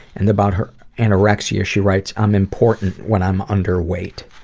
and about her anorexia she writes i'm important when i'm underweight